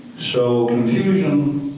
so confusion